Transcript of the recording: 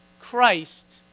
Christ